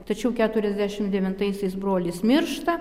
tačiau keturiasdešim devintaisiais brolis miršta